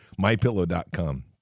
MyPillow.com